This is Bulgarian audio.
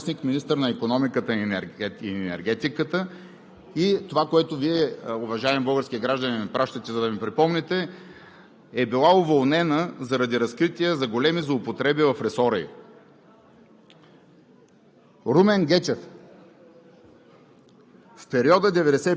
В правителството на Сергей Станишев е била заместник-министър на икономиката и енергетиката и това, което Вие, уважаеми български граждани, ми пращате, за да ми припомните, е била уволнена заради разкрития за големи злоупотреби в ресора